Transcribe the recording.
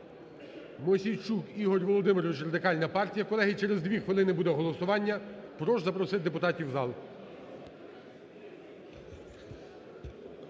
Мосійчук Ігор Володимирович, Радикальна партія. Колеги, через дві хвилини буде голосування. Прошу запросити депутатів в зал.